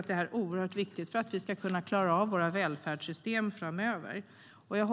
Det är också viktigt för att vi ska kunna klara av våra välfärdssystem framöver.